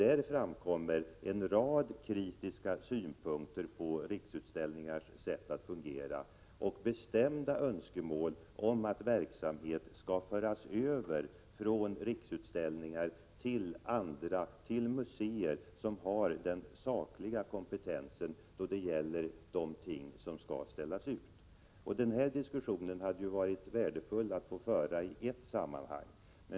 Där framkommer en rad kritiska synpunkter på Riksutställningars sätt att fungera och bestämda önskemål om att verksamhet skall föras över från Riksutställningar till de museer som har den sakliga kompetensen då det gäller ting som skall ställas ut. Det hade varit värdefullt att få föra denna diskussion i ett sammanhang.